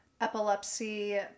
Epilepsy